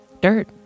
Dirt